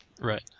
Right